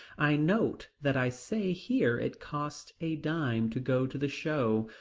i note that i say here it costs a dime to go to the show.